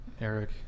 Eric